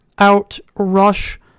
outrush